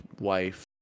wife